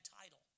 title